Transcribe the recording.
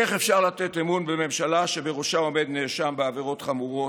איך אפשר לתת אמון בממשלה שבראשה עומד נאשם בעבירות חמורות,